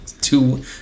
Two